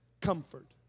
Comfort